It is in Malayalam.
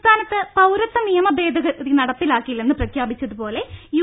സംസ്ഥാനത്ത് പൌരത്വ നിയമ ഭേദഗതി നടപ്പാക്കില്ലെന്ന് പ്രഖ്യാ പിച്ചത് പോലെ യു